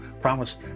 promise